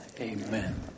Amen